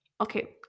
Okay